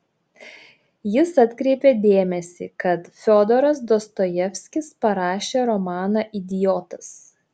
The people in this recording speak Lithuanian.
jis atkreipė dėmesį kad fiodoras dostojevskis parašė romaną idiotas